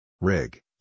Rig